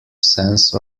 sense